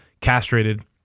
castrated